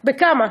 בכמה?